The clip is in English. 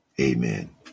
Amen